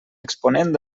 exponent